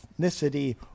ethnicity